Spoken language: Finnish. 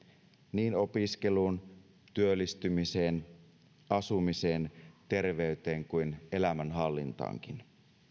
niin opiskeluun työllistymiseen asumiseen terveyteen kuin elämänhallintaankin